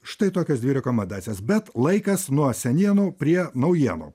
štai tokias dvi rekomendacijas bet laikas nuo senienų prie naujienų